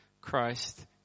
Christ